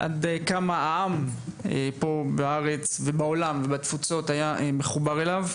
עד כמה העם פה בארץ ובתפוצות היה מחובר אליו,